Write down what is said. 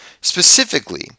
Specifically